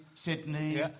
Sydney